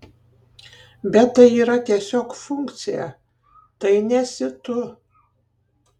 bet tai yra tiesiog funkcija tai nesi tu